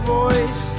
voice